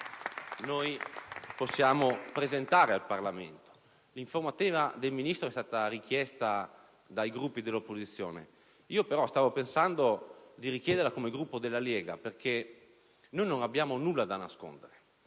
oggi possiamo presentare al Parlamento. L'informativa del Ministro è stata richiesta dai Gruppi dell'opposizione. Stavo però pensando di richiederla come Gruppo della Lega, perché non abbiamo nulla da nascondere.